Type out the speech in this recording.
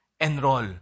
enroll